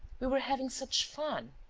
we were having such fun!